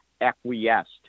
acquiesced